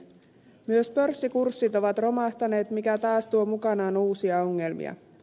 myös pörssikurssit ovat romahtaneet mikä taas tuo mukanaan uusia ongelmia